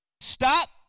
Stop